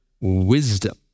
wisdom